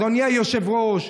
אדוני היושב-ראש,